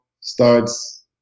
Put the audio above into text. starts